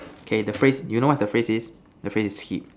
okay the phrase you what's the phrase is the phrase is hit